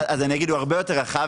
אז אני אגיד הוא הרבה יותר רחב,